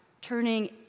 turning